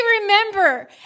remember